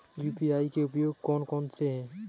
UPI के उपयोग कौन कौन से हैं?